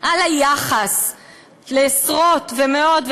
על היחס לעשרות ומאות,